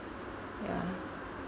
ya